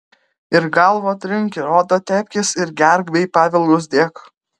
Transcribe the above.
ir galvą trink ir odą tepkis ir gerk bei pavilgus dėk